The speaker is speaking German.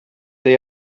der